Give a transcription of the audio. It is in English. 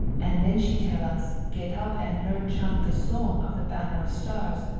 and then she tell us get up and learn chant the song of the banner of stars.